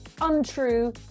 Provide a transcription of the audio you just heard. untrue